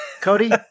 Cody